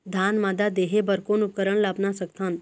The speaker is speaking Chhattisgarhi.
धान मादा देहे बर कोन उपकरण ला अपना सकथन?